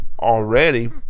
already